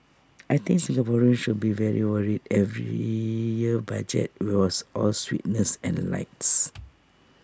I think Singaporeans should be very worried if every year's budget will was all sweetness and lights